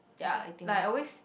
ya like I always